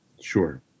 Sure